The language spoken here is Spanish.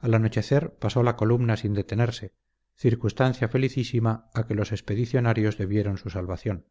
al anochecer pasó la columna sin detenerse circunstancia felicísima a que los expedicionarios debieron su salvación